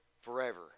forever